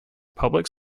public